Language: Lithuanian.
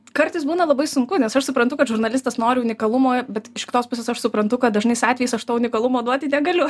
kartais būna labai sunku nes aš suprantu kad žurnalistas nori unikalumo bet iš kitos pusės aš suprantu kad dažnais atvejais aš to unikalumo duoti negaliu